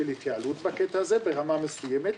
של התייעלות בקטע הזה, ברמה מסוימת.